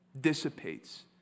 dissipates